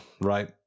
right